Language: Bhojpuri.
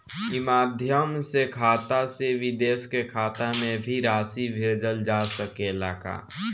ई माध्यम से खाता से विदेश के खाता में भी राशि भेजल जा सकेला का?